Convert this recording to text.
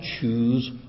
choose